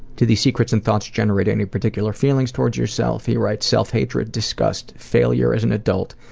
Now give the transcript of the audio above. do these secrets and thoughts generate any particular feelings towards yourself? he writes self-hatred, disgust, failure as an adult,